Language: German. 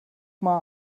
mal